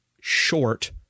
short